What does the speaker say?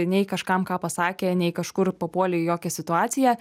nei kažkam ką pasakė nei kažkur papuolė į jokią situaciją